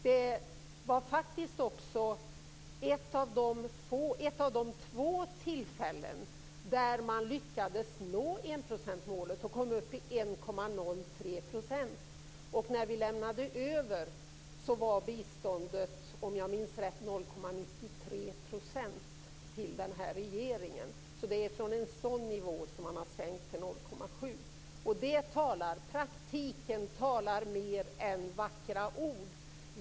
Det var faktiskt också ett av de två tillfällen där man lyckades nå enprocentsmålet och kom upp i 1,03 %. När vi lämnade över till den här regeringen var biståndet 0,93 %, om jag minns rätt. Så det är från den nivån man har sänkt till Praktiken talar mer än vackra ord.